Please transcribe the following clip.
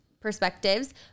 perspectives